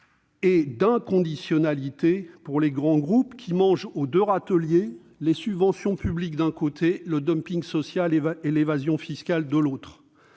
et d'inconditionnalité pour les grands groupes, qui mangent aux deux râteliers : les subventions publiques, d'un côté, le dumping social et l'évasion fiscale, de l'autre.